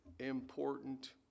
important